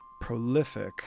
prolific